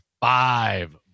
five